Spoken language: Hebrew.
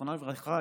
זיכרונה לברכה,